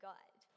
God